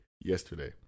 yesterday